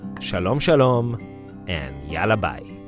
shalom shalom and yalla bye